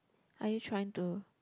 are you trying to